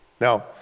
Now